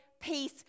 peace